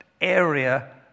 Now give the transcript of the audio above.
area